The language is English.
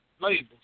labels